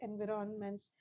environments